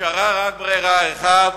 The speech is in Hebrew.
נשארה רק ברירה אחת: